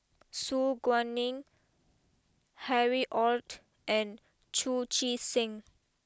Su Guaning Harry Ord and Chu Chee Seng